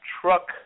truck